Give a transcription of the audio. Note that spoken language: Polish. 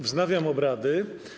Wznawiam obrady.